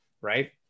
Right